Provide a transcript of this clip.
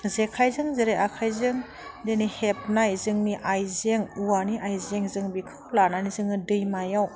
जेखायजों जेरै आखाइजों दिनै हेबनाय जोंनि आयजें औवानि आयजें जों बेखौ लानानै जोङो दैमायाव